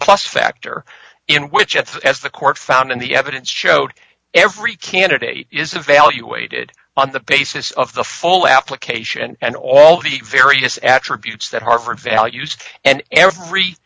plus factor in which it has the court found in the evidence showed every candidate is a valuated on the basis of the full application and all the various attributes that harvard values and every